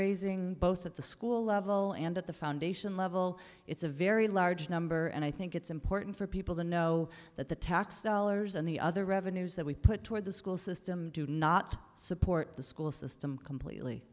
raising both at the school level and at the foundation level it's a very large number and i think it's important for people to know that the tax dollars and the other revenues that we put toward the school system do not support the school system completely